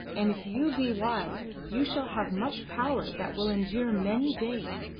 and if you be wise you shall have much power that will endure many days,